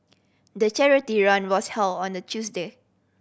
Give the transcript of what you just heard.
the charity run was held on a Tuesday